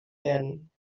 werden